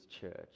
church